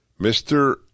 Mr